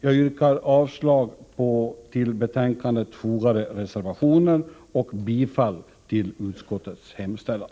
Jag yrkar avslag på till betänkandet fogade reservationer och bifall till utskottets hemställan.